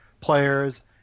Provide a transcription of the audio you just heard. players